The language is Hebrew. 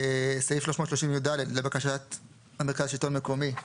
בסעיף 330יד, לבקשת המרכז לשלטון מקומי,